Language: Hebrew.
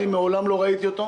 אני מעולם לא ראיתי אותו.